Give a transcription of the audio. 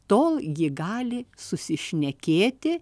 tol ji gali susišnekėti